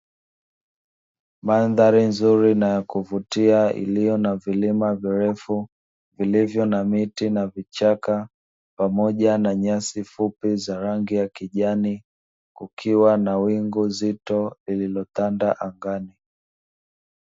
Mandhari nzuri na ya kuvutia iliyo na vilima virefu vilivyo na miti na vichaka pamoja na nyasi fupi za rangi ya kijani, kukiwa na wingu zito lililotanda angani.